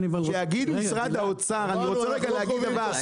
שיגיד משרד האוצר אני רוצה רגע להגיד דבר,